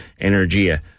Energia